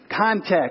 context